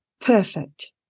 perfect